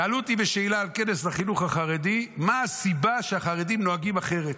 שאלו אותי שאלה על כנס החינוך החרדי: מה הסיבה שהחרדים נוהגים אחרת?